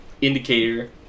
indicator